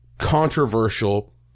controversial